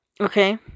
Okay